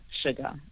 sugar